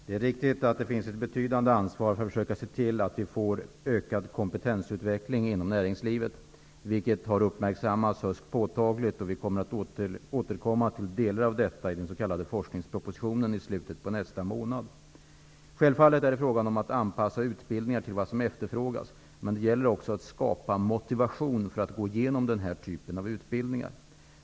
Det är riktigt att vi har ett betydande ansvar när det gäller att skapa en ökad kompetensutveckling inom näringslivet, vilket har uppmärksammats högst påtagligt. Regeringen skall återkomma till delar av detta i den s.k. forskningspropositionen i slutet av nästa månad. Självfallet är det fråga om att anpassa utbildningen till efterfrågan. Men det gäller även att hos ungdomarna skapa motivation för att gå igenom denna typ av utbildning.